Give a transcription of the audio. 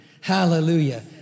Hallelujah